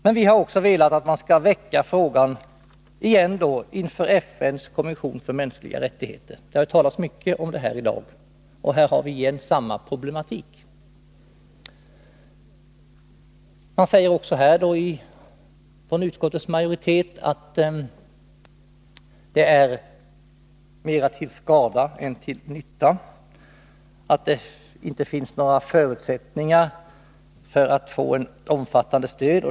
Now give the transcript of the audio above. Men vi har också velat att man på nytt skall väcka frågan inför FN:s kommission för de mänskliga rättigheterna. Det har ju talats mycket om detta i dag, och här har vi samma problematik igen. Utskottsmajoriteten säger också här att det är mera till skada än till nytta om det inte finns några förutsättningar för att få ett omfattande stöd iFN.